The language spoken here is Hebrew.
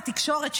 התקשורת,